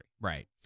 Right